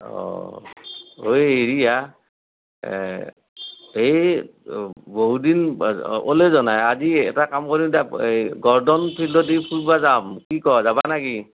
অঁ অই হেৰি হা এ এ বহুত দিন ওলাই যোৱা নাই আজি এটা কাম কৰিম দ্যায় এ গৰ্ডন ফিল্ডত দেখি ফুৰিব জাম কি ক যাবা নেকি